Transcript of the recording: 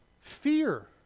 Fear